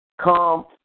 come